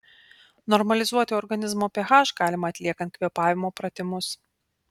normalizuoti organizmo ph galima atliekant kvėpavimo pratimus